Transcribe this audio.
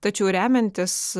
tačiau remiantis